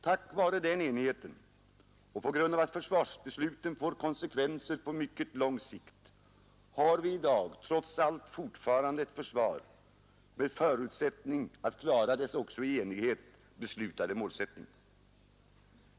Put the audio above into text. Tack vare den enigheten och på grund av att försvarsbesluten får konsekvenser på mycket lång sikt har vi i dag trots allt fortfarande ett försvar med förutsättning att klara dess också i enighet beslutade målsättning.